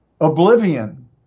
oblivion